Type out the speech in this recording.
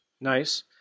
Nice